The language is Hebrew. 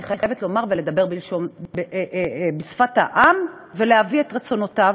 אני חייבת לדבר בשפת העם ולהביא את רצונותיו,